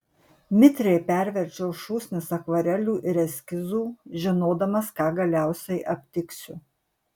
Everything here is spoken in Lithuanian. mitriai perverčiau šūsnis akvarelių ir eskizų žinodamas ką galiausiai aptiksiu